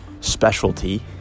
specialty